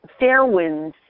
Fairwinds